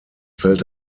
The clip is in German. fällt